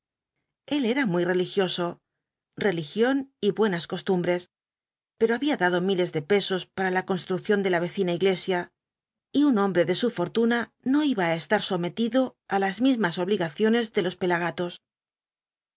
el era muy religioso religión y buenas costumbres pero había dado miles de pesob para la construcción de la vecina iglesia y un hombre de su fortuna no iba á estar sometido á las mismas obligaciones de los pelagatos